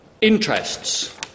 interests